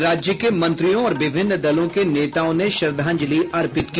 राज्य के मंत्रियों और विभिन्न दलों के नेताओं ने श्रद्धांजलि अर्पित की